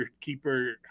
Keeper